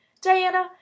Diana